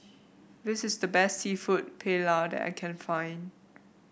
this is the best seafood Paella that I can find